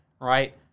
Right